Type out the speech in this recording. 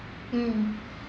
mm